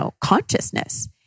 consciousness